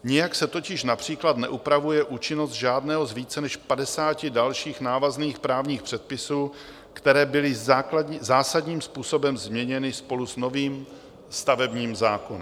Nijak se totiž například neupravuje účinnost žádného z více než padesáti dalších návazných právních předpisů, které byly zásadním způsobem změněny spolu s novým stavebním zákonem.